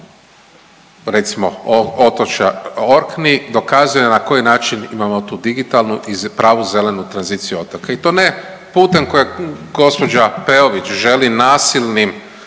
recimo otočja Orkney dokazuje na koji način imamo tu digitalnu i pravu zelenu tranziciju otoka. I to ne putem kojim gospođa Peović želi nasilnim